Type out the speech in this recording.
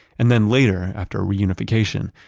and then later after reunification,